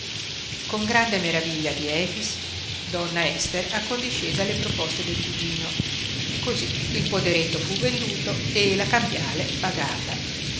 con grande meraviglia di efix donna ester accondiscese alle proposte del cugino cosí il poderetto fu venduto e la cambiale pagata